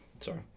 sorry